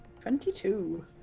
Twenty-two